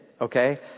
Okay